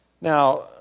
Now